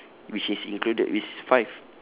which is included which is five